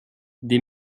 des